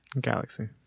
Galaxy